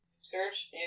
Search